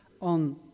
on